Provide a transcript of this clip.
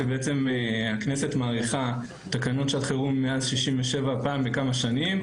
כשבעצם הכנסת מאריכה תקנות שעת חירום מאז 67' פעם בכמה שנים.